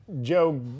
Joe